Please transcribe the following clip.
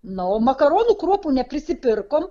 na o makaronų kruopų neprisipirkom